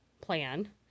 plan